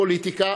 פוליטיקה